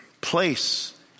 place